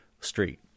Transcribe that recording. street